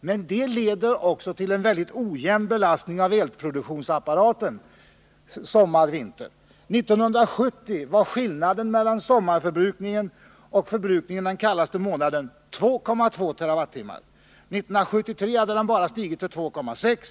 Men detta leder också till en väldigt ojämn belastning av elproduktionsapparaten under sommar resp. vinter. 1970 var skillnaden mellan sommarförbrukningen och förbrukningen den kallaste månaden 2,2 TWh. 1973 hade skillnaden bara stigit till 2,6 TWh.